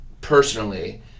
personally